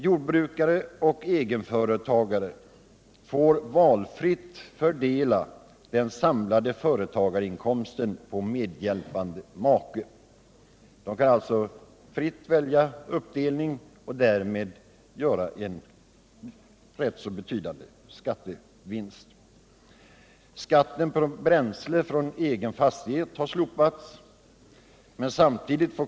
Jordbrukare och egenföretagare får valfritt fördela den samlade företagarinkomsten på medhjälpande make. De kan alltså fritt välja uppdelning och därmed göra en rätt betydande skattevinst.